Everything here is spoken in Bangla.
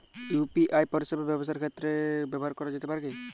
ইউ.পি.আই পরিষেবা ব্যবসার ক্ষেত্রে ব্যবহার করা যেতে পারে কি?